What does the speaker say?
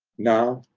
now,